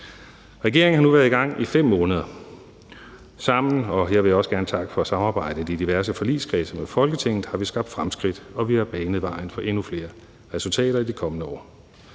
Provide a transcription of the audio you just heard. Regeringen har nu været i gang i 5 måneder. Sammen – og her vil jeg også gerne takke for samarbejdet i diverse forligskredse i Folketinget – har vi skabt fremskridt, og vi har banet vejen for endnu flere resultater i de kommende år.